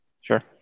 sure